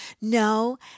No